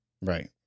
Right